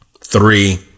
Three